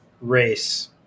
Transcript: race